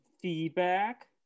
feedback